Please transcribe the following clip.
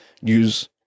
use